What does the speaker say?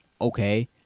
okay